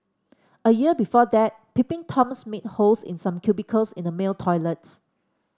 a year before that peeping Toms made holes in some cubicles in the male toilets